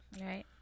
Right